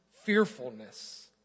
fearfulness